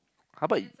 how about